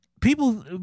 people